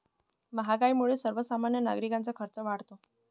महागाईमुळे सर्वसामान्य नागरिकांचा खर्च वाढतो